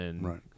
right